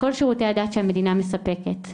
כל שירותי הדת המדינה מספקת.